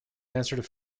answered